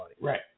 right